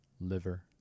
liver